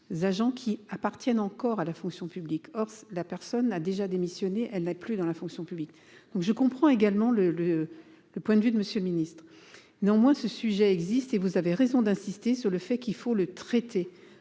des agents qui appartiennent encore à la fonction publique, or la personne a déjà démissionné, elle n'est plus dans la fonction publique, donc je comprend également le le le point de vue de Monsieur le Ministre, non moi ce sujet existe et vous avez raison d'insister sur le fait qu'il faut le traiter